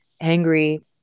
angry